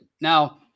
Now